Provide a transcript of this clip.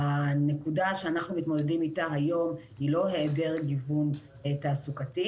הנקודה שאנחנו מתמודדים איתה היום היא לא היעדר גיוון תעסוקתי.